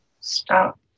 Stop